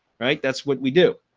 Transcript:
right that's what we do.